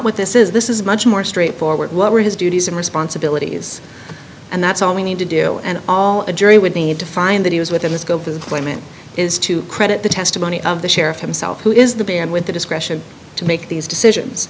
what this is this is much more straightforward what were his duties and responsibilities and that's all we need to do and all of jury would need to find that he was within the scope of the claimant is to credit the testimony of the sheriff himself who is the band with the discretion to make these decisions